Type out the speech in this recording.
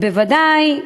בוודאי.